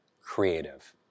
creative